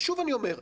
ושוב אני אומר,